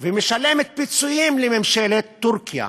ומשלמת פיצויים לממשלת טורקיה.